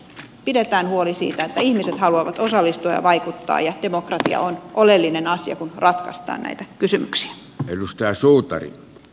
pidetään huoli siitä että ihmiset haluavat osallistua ja vaikuttaa ja demokratia on oleellinen asia kun ratkaistaan näitä kysymyksiä